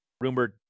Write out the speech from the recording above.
rumored